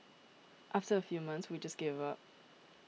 after a few months we just gave up